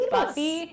Buffy